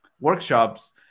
workshops